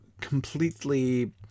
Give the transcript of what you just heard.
completely